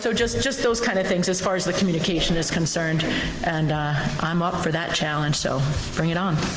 so just just those kinds kind of things as far as the communication is concerned and i'm up for that challenge so bring it on.